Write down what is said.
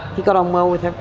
he got on well with ah